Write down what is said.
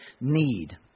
need